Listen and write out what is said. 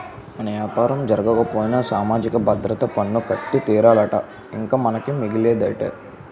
మన యాపారం జరగకపోయినా సామాజిక భద్రత పన్ను కట్టి తీరాలట ఇంక మనకి మిగిలేదేటి